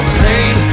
pain